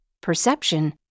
perception